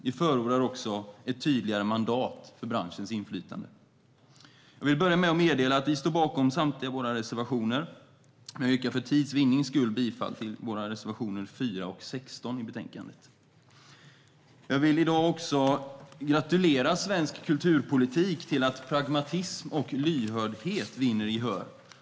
Vi förordar också ett tydligare mandat för branschens inflytande. Vi står bakom samtliga våra reservationer, men jag yrkar för tids vinnande bifall endast till våra reservationer 4 och 16 i betänkandet. Jag vill i dag gratulera svensk kulturpolitik till att pragmatism och lyhördhet vinner gehör.